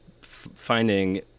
finding